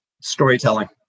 Storytelling